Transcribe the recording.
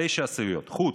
0.9%; חוץ,